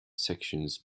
sections